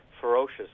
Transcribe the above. ferocious